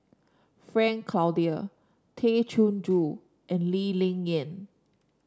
Frank Cloutier Tay Chin Joo and Lee Ling Yen